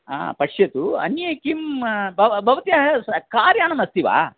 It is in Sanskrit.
हा पश्यतु अन्ये किं भव भवत्याः कार्यानम् अस्ति वा